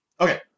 Okay